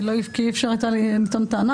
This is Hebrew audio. כי אי אפשר לטעון טענה.